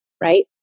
right